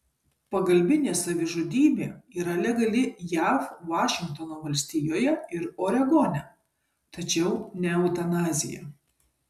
pagalbinė savižudybė yra legali jav vašingtono valstijoje ir oregone tačiau ne eutanazija